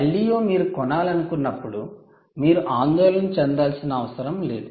LDO మీరు కొనాలనుకున్నప్పుడు మీరు ఆందోళన చెందాల్సిన అవసరం లేదు